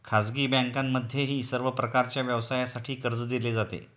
खाजगी बँकांमध्येही सर्व प्रकारच्या व्यवसायासाठी कर्ज दिले जाते